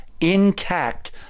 intact